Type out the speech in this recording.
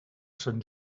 sant